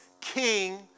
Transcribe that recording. king